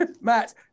Matt